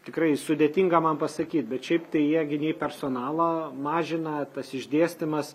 tikrai sudėtinga man pasakyt bet šiaip tai jie gi nei personalo mažina tas išdėstymas